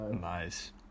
Nice